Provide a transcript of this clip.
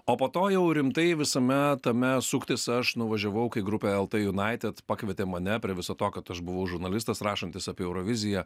o po to jau rimtai visame tame suktis aš nuvažiavau kai grupė lt united pakvietė mane prie viso to kad aš buvau žurnalistas rašantis apie euroviziją